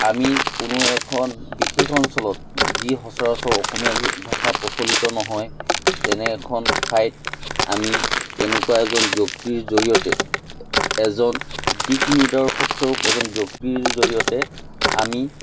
আমি কোনো এখন বিশেষ অঞ্চলত যি সচৰাচৰ অসমীয়া ভাষা প্ৰচলিত নহয় তেনে এখন ঠাইত আমি তেনেকুৱা এজন ব্যক্তিৰ জৰিয়তে এজন দিগ নিদৰ্শক স্বৰূপ এজন ব্যক্তিৰ জৰিয়তে আমি